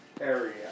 area